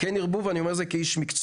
כן ירבו, ואני אומר את זה כאיש מקצוע.